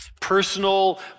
Personal